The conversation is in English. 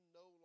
no